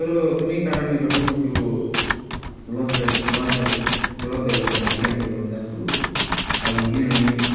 तर कुनै कारणले गर्दा म त्यो लन्च लन्चलाई चाहिँ रद्द गर्न चहान्छु क्यानसल गर्न चहान्छु हजुर किनभने